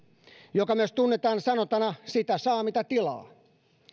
joka tunnetaan myös sanontana sitä saa mitä tilaa